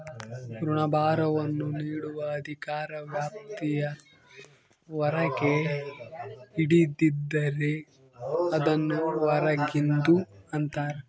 ಋಣಭಾರವನ್ನು ನೀಡುವ ಅಧಿಕಾರ ವ್ಯಾಪ್ತಿಯ ಹೊರಗೆ ಹಿಡಿದಿದ್ದರೆ, ಅದನ್ನು ಹೊರಗಿಂದು ಅಂತರ